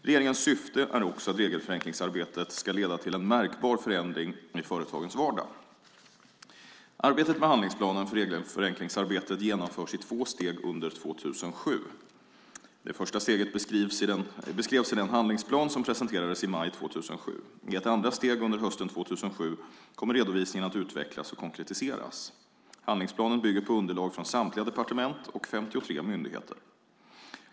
Regeringens syfte är också att regelförenklingsarbetet ska leda till en märkbar förändring i företagens vardag. Arbetet med handlingsplanen för regelförenklingsarbetet genomförs i två steg under 2007. Det första steget beskrevs i den handlingsplan som presenterades i maj 2007. I ett andra steg under hösten 2007 kommer redovisningen att utvecklas och konkretiseras. Handlingsplanen bygger på underlag från samtliga departement och 53 myndigheter.